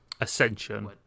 ascension